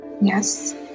Yes